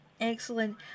Excellent